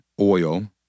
oil